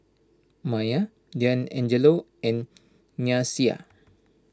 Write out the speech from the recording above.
Mya Deangelo and Nyasia